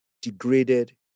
degraded